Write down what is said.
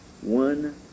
one